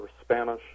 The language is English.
Spanish